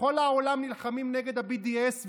בכל העולם נלחמים נגד ה-BDS,